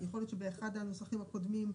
יכול להיות שבאחד המסמכים הקודמים,